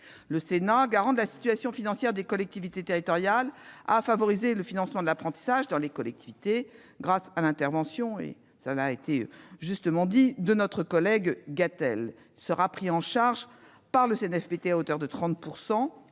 Le Sénat, garant de la situation financière des collectivités territoriales, a favorisé le financement de l'apprentissage dans les collectivités, grâce à l'intervention de notre collègue Françoise Gatel. Ce financement sera pris en charge par le CNFPT à hauteur de 30